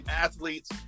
athletes